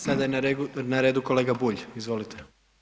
Sada je na redu kolega Bulj, izvolite.